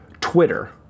Twitter